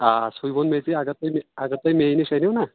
آ سُے ووٚن مےٚ تہِ اگر تُہۍ مے نِش أنِو نا